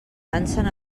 dansen